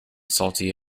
salty